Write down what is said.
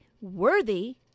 worthy